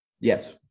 Yes